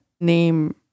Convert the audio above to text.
name